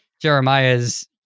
Jeremiah's